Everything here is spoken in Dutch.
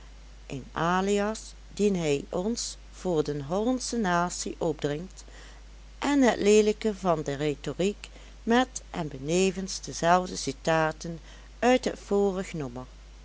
een alias dien hij ons voor de hollandsche natie opdringt en het leelijke van de rhetoriek met en benevens dezelfde citaten uit het vorig nommer